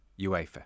UEFA